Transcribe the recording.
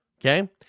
okay